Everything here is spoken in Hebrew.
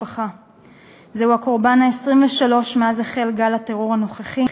זהו הקורבן ה-23 מאז החל גל הטרור הנוכחי.